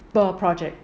per project